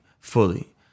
fully